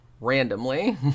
Randomly